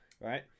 right